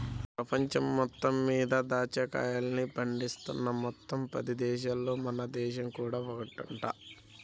పెపంచం మొత్తం మీద దాచ్చా కాయల్ని పండిస్తున్న మొత్తం పది దేశాలల్లో మన దేశం కూడా ఒకటంట